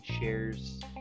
shares